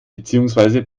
beziehungsweise